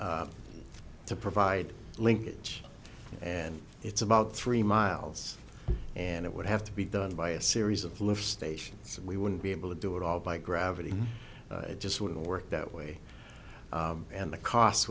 to provide linkage and it's about three miles and it would have to be done by a series of live stations and we wouldn't be able to do it all by gravity it just wouldn't work that way and the cost